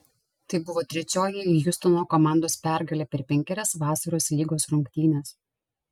tai buvo trečioji hjustono komandos pergalė per penkerias vasaros lygos rungtynes